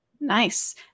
Nice